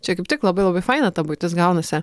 čia kaip tik labai labai faina ta buitis gaunasi